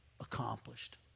accomplished